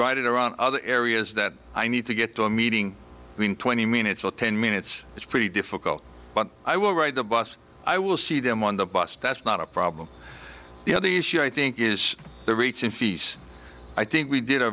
ride around other areas that i need to get to a meeting we need twenty minutes or ten minutes it's pretty difficult but i will ride the bus i will see them on the bus that's not a problem the other issue i think is the reaching fees i think we did a